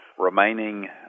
remaining